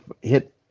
hit